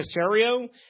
Casario